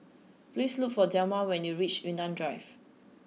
please look for Delma when you reach Yunnan Drive